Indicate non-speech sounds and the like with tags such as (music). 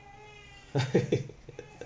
(laughs)